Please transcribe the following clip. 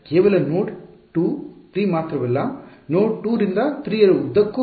ಕೇವಲ ನೋಡ್ 2 3 ಮಾತ್ರವಲ್ಲ ನೋಡ್ 2 ರಿಂದ 3 ರ ಉದ್ದಕ್ಕೂ